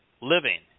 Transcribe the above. living